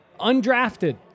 undrafted